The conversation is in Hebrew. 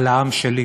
על העם שלי.